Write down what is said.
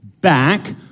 back